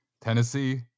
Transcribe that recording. Tennessee